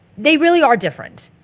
they really are different.